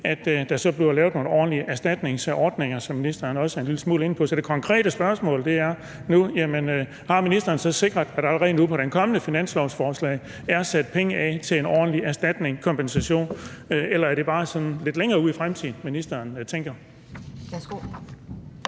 at der så bliver lavet nogle ordentlige erstatningsordninger, som ministeren også er en lille smule inde på. Så det konkrete spørgsmål er nu: Har minsteren så sikret, at der allerede nu på det kommende finanslovsforslag er sat penge af til en ordentlig erstatning, en kompensation? Eller er det bare sådan lidt længere ude i fremtiden, at ministeren tænker